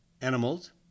animals